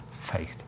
faith